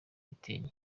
bitenge